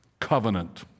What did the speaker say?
Covenant